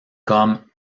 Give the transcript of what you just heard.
comme